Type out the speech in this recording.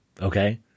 Okay